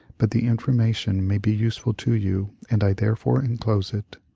but the information may be useful to you and i therefore enclose it.